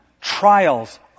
trials